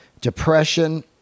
depression